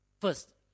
First